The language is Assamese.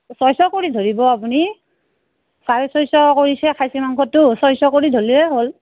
ছয়শ কৰি ধৰিব আপুনি চাৰে ছয়শ কৰিছে খাচীটো মাংসটো ছয়শ কৰি ধৰিলেই হ'ল